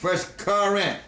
first car wreck